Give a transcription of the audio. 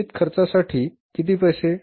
निश्चित खर्चासाठी किती पैसे